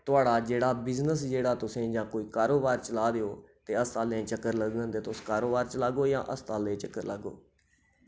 थुआढ़ा जेह्ड़ा बिजनेस जेह्ड़ा तुसेंई जां कोई कारोबार चला दे ओह् ते हस्पतालें दे चक्कर लगङन ते तुस कारोबार चलागो जां हस्पतालें दे चक्कर लाग्गो